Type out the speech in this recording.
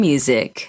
Music